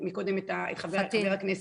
מקודם, את חבר הכנסת.